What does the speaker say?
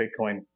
Bitcoin